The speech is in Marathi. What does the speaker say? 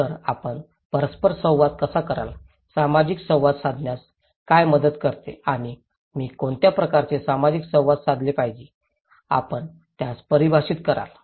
तर आपण परस्परसंवाद कसा कराल सामाजिक संवाद साधण्यास काय मदत करते आणि मी कोणत्या प्रकारचे सामाजिक संवाद साधले पाहिजे आपण त्यास परिभाषित कराल